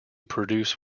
produce